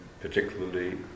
particularly